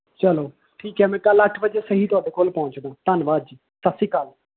ਚਲੋ ਠੀਕ ਹੈ ਮੈਂ ਕੱਲ ਅੱਠ ਵਜੇ ਸਹੀ ਤੁਹਾਡੇ ਕੋਲ ਪਹੁੰਚਦਾ ਧੰਨਵਾਦ ਜੀ ਸਤਿ ਸ਼੍ਰੀ ਅਕਾਲ